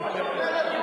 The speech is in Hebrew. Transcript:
זה "תהיו גברים"?